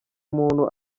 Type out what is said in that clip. muntu